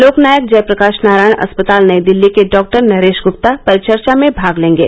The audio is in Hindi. लोकनायक जयप्रकाश नारायण अस्पताल नई दिल्ली के डॉक्टर नरेश गुप्ता परिचर्चा में भाग लेंगे